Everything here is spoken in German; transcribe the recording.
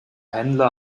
händler